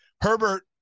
Herbert